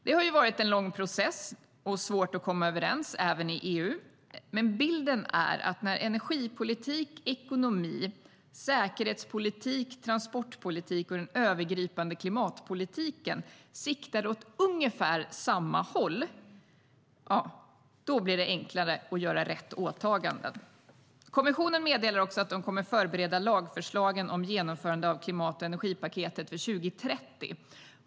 Det har ju varit en lång process och svårt att komma överens även i EU, men bilden är att när energipolitik, ekonomi, säkerhetspolitik, transportpolitik och den övergripande klimatpolitiken siktar åt ungefär samma håll blir det enklare att fullgöra sina åtaganden. Kommissionen meddelar också att den kommer att förbereda lagförslagen om genomförande av klimat och energipaketet för 2030.